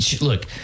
look